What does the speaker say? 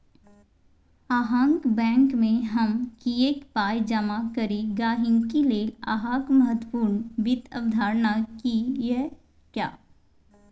अहाँक बैंकमे हम किएक पाय जमा करी गहिंकी लेल अहाँक महत्वपूर्ण वित्त अवधारणा की यै?